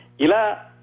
Ila